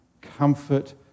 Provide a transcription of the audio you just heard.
comfort